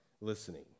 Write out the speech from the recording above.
listening